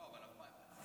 לא, אבל, השיא